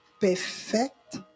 perfect